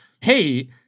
hey